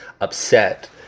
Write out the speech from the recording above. upset